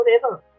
forever